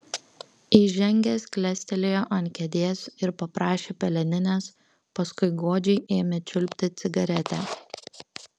įžengęs klestelėjo ant kėdės ir paprašė peleninės paskui godžiai ėmė čiulpti cigaretę